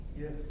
Yes